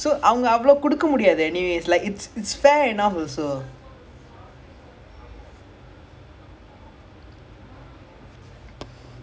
I think the I think it's number of players also I mean number of um teams and all also right maybe